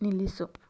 ನಿಲ್ಲಿಸು